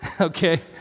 Okay